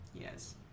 Yes